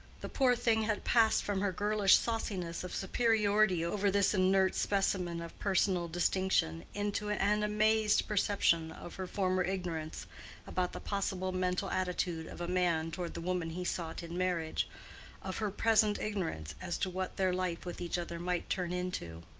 the poor thing had passed from her girlish sauciness of superiority over this inert specimen of personal distinction into an amazed perception of her former ignorance about the possible mental attitude of a man toward the woman he sought in marriage of her present ignorance as to what their life with each other might turn into.